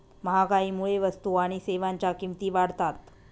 महागाईमुळे वस्तू आणि सेवांच्या किमती वाढतात